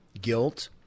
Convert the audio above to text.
Guilt